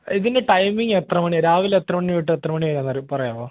ഇതിൻ്റെ ടൈമിംഗ് എത്ര മണിയാണ് രാവിലെ എത്ര മണി തൊട്ട് എത്ര മണി വരെയാണെന്നു പറയാമോ